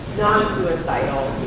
non-suicidal?